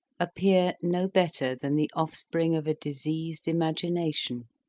appear no better than the offspring of a diseased imagination,